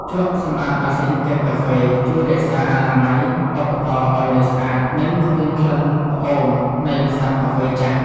ជក់សម្អាតម៉ាស៊ីនកិនកាហ្វេ ជួយរក្សាអនាម័យឧបករណ៍ឱ្យនៅស្អាត និងគ្មានក្លិនផ្អូមនៃម្សៅកាហ្វេចាស់។